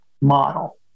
model